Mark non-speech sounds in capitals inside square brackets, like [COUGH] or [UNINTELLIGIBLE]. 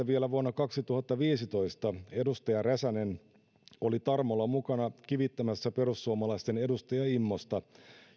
[UNINTELLIGIBLE] vielä vuonna kaksituhattaviisitoista edustaja räsänen oli tarmolla mukana kivittämässä perussuomalaisten edustaja immosta